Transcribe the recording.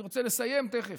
אני רוצה לסיים תכף